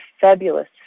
fabulous